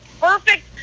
perfect